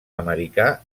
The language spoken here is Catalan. americà